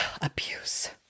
abuse